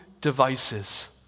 devices